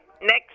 Next